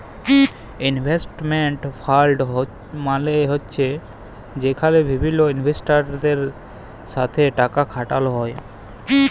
investment fund মালে হছে যেখালে বিভিল্ল ইলভেস্টরদের সাথে টাকা খাটালো হ্যয়